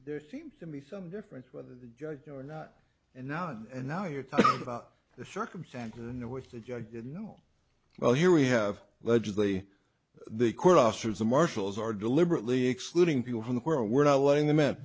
there seems to be some difference whether the judge or not and now and now you're talking about the circumstances in which the judge you know well here we have legislation the court officers the marshals are deliberately excluding people from the world we're not letting the